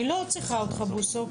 אני לא צריכה אותך בוסו,